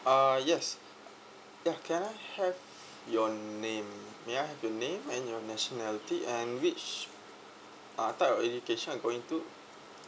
uh yes ya can I have your name may I have your name and your nationality and which uh type of education you're going to